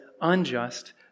unjust